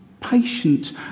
patient